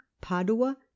Padua